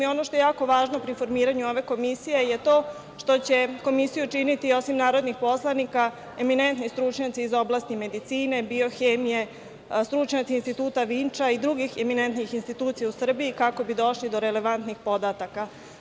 Ono što je jako važno pri formiranju ove komisije je to što će komisiju činiti osim narodnih poslanika, eminentni stručnjaci iz oblasti medicine, biohemije, stručnjaci Instituta Vinča i drugih eminentnih institucija u Srbiji kako bi došli do relevantnih podataka.